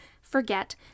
forget